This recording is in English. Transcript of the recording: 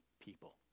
people